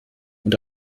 und